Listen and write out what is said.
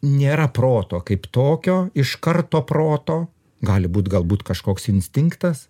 nėra proto kaip tokio iš karto proto gali būt galbūt kažkoks instinktas